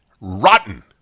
rotten